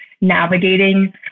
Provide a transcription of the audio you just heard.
navigating